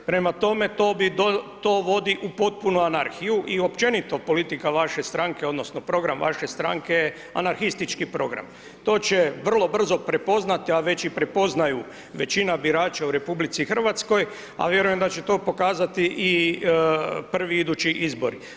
Prema tome, to bi, to vodi u potpunu anarhiju, i općenito politika vaše stranke odnosno program vaše stranke je anarhistički program, to će vrlo brzo prepoznati, a već i prepoznaju većina birača u Republici Hrvatskoj, a vjerujem da će to pokazati i prvi idući izbori.